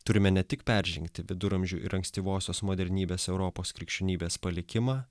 turime ne tik peržengti viduramžių ir ankstyvosios modernybės europos krikščionybės palikimą